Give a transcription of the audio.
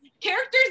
characters